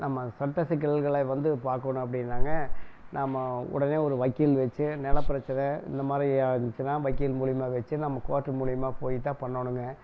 நம்ம சட்ட சிக்கல்களை வந்து பார்க்கணும் அப்படின்னாங்கா நாம உடனே ஒரு வக்கீல் வச்சு நெலப் பிரச்சனை இந்த மாதிரி ஆணுச்சுன்னா வக்கீல் மூலியமாக வச்சு நம்ம கோர்ட் மூலியமாக போயி தான் பண்ணனுங்கள்